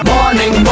Morning